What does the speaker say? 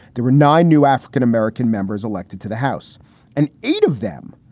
there were nine new african-american members elected to the house and eight of them,